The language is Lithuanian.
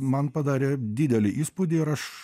man padarė didelį įspūdį ir aš